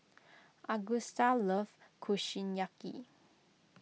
Agusta loves Kushiyaki